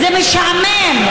זה משעמם.